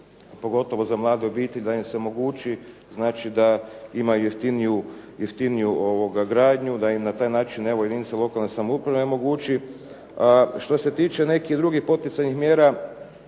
pogotovo za mlade obitelji da im se omogući da imaju jeftiniju gradnju, da im na taj način, evo jedinice lokalne samouprave omogući. Što se tiče nekih drugih poticajnih mjera,